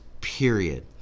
period